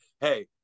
Hey